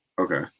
okay